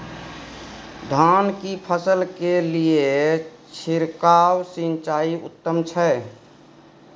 धान की फसल के लिये छिरकाव सिंचाई उत्तम छै?